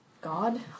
God